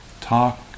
talk